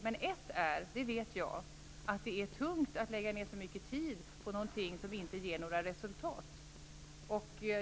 Men jag vet att ett skäl är att det är tungt att lägga ned så mycket tid på någonting som inte ger några resultat.